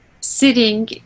sitting